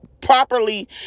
properly